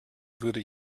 würde